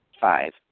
Five